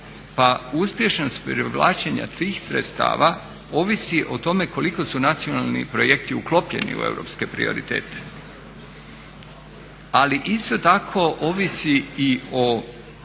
pa uspješnost privlačenja tih sredstava ovisi o tome koliko su nacionalni projekti uklopljeni u europske prioritete. Ali isto tako ovisi i o